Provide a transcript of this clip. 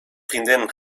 vriendin